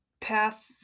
path